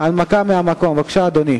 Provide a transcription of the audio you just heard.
בוועדת הכלכלה.